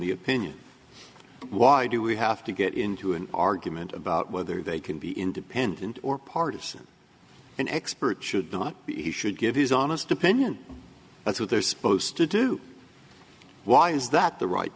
the opinion why do we have to get into an argument about whether they can be independent or partisan an expert should not he should give his honest opinion that's what they're supposed to do why is that the ri